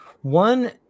One